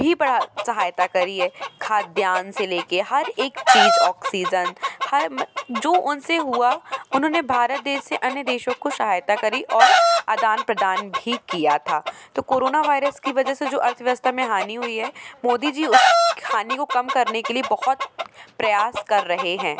भी बड़ा सहायता करी है खाद्यान से ले के हर एक चीज औक्सीज़न हर जो उनसे हुआ उन्होंने भारत देश से अन्य देशों को सहायता करी और अदान प्रदान भी किया था तो कोरोना वाईरस के वजह से जो अर्थव्यवस्था में हानि हुई है मोदी जी उस हानि को कम करने के लिए बहुत प्रयास कर रहे हैं